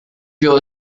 feel